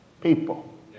people